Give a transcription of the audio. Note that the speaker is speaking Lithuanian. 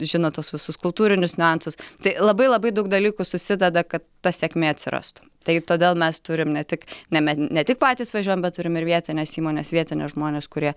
žino tuos visus kultūrinius niuansus tai labai labai daug dalykų susideda kad ta sėkmė atsirastų tai todėl mes turim ne tik ne me ne tik patys važiuojam bet turim ir vietines įmones vietinius žmones kurie